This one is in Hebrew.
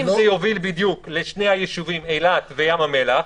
אם זה יוביל לשני היישובים אילת וים המלח,